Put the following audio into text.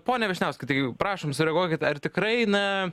pone vyšniauskai tai prašom ragaukit ar tikrai na